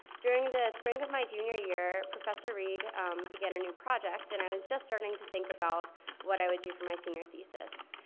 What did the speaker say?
during the spring of my junior year, professor reed began a new project and i was just starting to think about what i would do for my senior thesis.